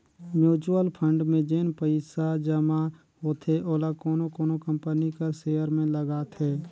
mutual fund में जेन पइसा जमा होथे ओला कोनो कोनो कंपनी कर सेयर में लगाथे